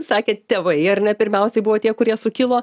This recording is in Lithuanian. sakėt tėvai ar ne pirmiausiai buvo tie kurie sukilo